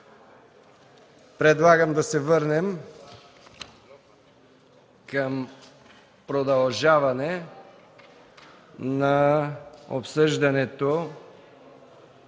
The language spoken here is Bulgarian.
предлагам да се върнем към продължаване на обсъждането